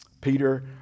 Peter